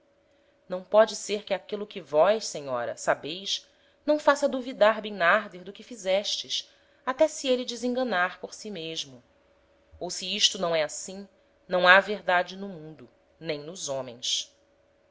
não póde ser que aquilo que vós senhora sabeis não faça duvidar bimnarder do que fizestes até se êle desenganar por si mesmo ou se isto não é assim não ha verdade no mundo nem nos homens